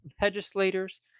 legislators